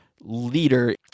leader